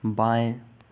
बाएँ